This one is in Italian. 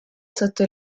sotto